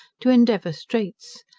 to endeavour streights.